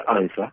answer